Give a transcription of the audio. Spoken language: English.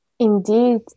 Indeed